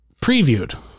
previewed